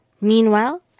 Meanwhile